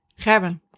Gerben